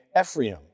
Ephraim